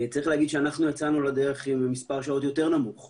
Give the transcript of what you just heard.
אנחנו יצאנו לדרך עם מספר שעות נמוך יותר,